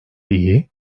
iyi